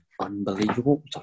unbelievable